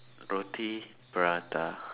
roti prata